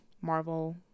Marvel